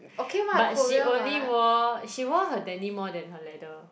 but she only wore she wore her denim more than her leather